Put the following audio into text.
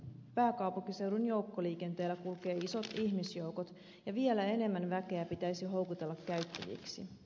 pääkaupunkiseudun joukkoliikenteellä kulkevat isot ihmisjoukot ja vielä enemmän väkeä pitäisi houkutella käyttäjiksi